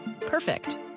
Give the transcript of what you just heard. Perfect